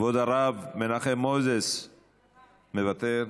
כבוד הרב מנחם מוזס, מוותר,